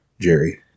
Jerry